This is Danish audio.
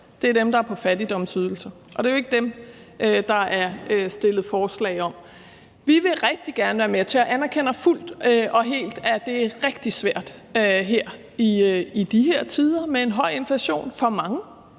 Det er dem, der er på fattigdomsydelse, og det er jo ikke dem, der er fremsat forslag om. Vi vil rigtig gerne være med, og jeg anerkender fuldt og helt, at det er rigtig svært for mange i de her tider med en høj inflation, hvor mange